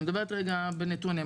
אני מדברת רגע בנתונים.